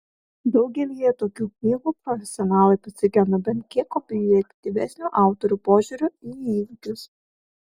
daugelyje tokių knygų profesionalai pasigenda bent kiek objektyvesnio autorių požiūrio į įvykius